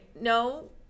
no